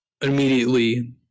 immediately